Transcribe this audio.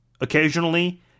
occasionally